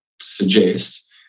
suggest